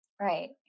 Right